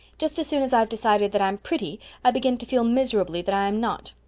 just as soon as i've decided that i'm pretty i begin to feel miserably that i'm not.